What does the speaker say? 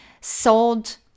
sold